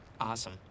Awesome